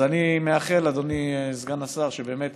אז אני מאחל, אדוני סגן השר, ובאמת